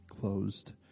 closed